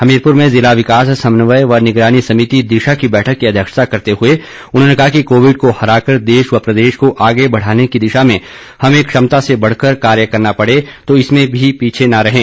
हमीरपुर में जिला विकास समन्वय व निगरानी समिति दिशा की बैठक की अध्यक्षता करते हुए उन्होंने कहा कि कोविड को हराकर देश व प्रदेश को आगे बढ़ाने की दिशा में हमें क्षमता से बढ़कर कार्य करना पड़े तो इसमें भी पीछे न रहें